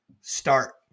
start